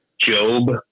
Job